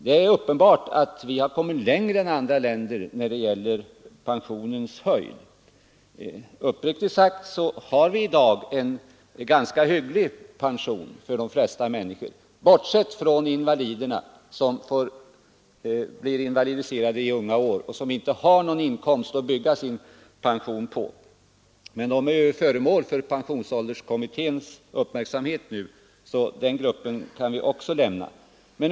Det är uppenbart att vi har kommit längre än andra länder när det gäller pensionens storlek. Uppriktigt sagt har vi i dag en ganska hygglig pension för de flesta människor utom för dem som blir invalidiserade i unga år och som inte har någon inkomst att bygga sin pension på. Men den gruppen är föremål för pensionsålderskommitténs uppmärksamhet, så den kan vi också lämna därhän.